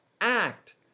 Act